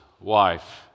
wife